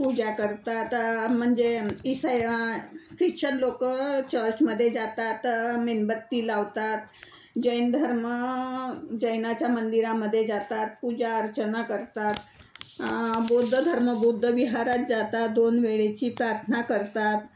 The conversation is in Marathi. पूजा करतात म्हणजे इसाई ख्रिश्चन लोक चर्चमध्ये जातात मेणबत्ती लावतात जैन धर्म जैनाच्या मंदिरामध्ये जातात पूजा अर्चना करतात बौद्ध धर्म बौद्ध विहारात जातात दोन वेळेची प्रार्थना करतात